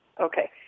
Okay